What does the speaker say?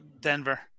Denver